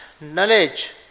Knowledge